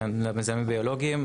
כן, מזהמים ביולוגיים.